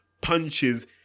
punches